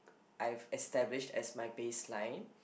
I've established as my baseline